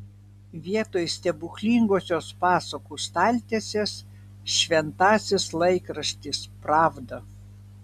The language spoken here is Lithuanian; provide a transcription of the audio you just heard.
vietoj stebuklingosios pasakų staltiesės šventasis laikraštis pravda